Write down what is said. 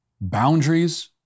boundaries